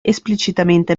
esplicitamente